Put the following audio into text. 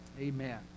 Amen